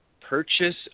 purchase